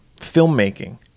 filmmaking